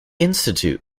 institute